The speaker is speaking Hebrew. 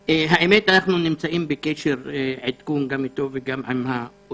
אנחנו נמצאים בקשר רציף של עדכונים גם עם פרופסור חגי וגם עם האוצר.